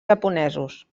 japonesos